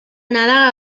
nadal